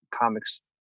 comics